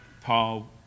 Paul